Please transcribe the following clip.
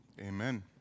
Amen